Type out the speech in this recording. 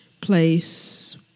place